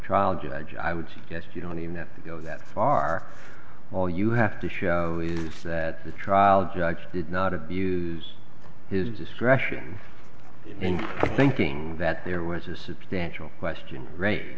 judge i would suggest you don't even have to go that far all you have to show is that the trial judge did not abused his discretion in thinking that there was a substantial question r